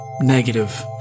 negative